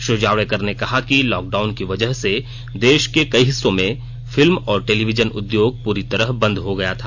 श्री जावड़ेकर ने कहा कि लॉकडाउन की वजह से देश के कई हिस्सों में फिल्म और टेलीविजन उद्योग पूरी तरह बंद हो गया था